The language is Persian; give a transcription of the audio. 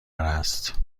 هست